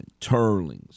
Turlings